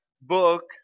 book